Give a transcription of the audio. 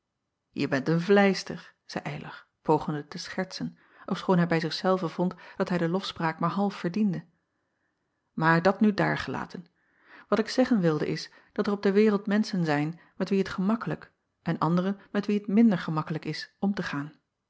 e bent een vleister zeî ylar pogende te schertsen ofschoon hij bij zich zelven vond dat hij de lofspraak maar half verdiende maar dat nu daargelaten at ik zeggen wilde is dat er op de wereld menschen zijn met wie het gemakkelijk en anderen met wie het minder gemakkelijk is om te gaan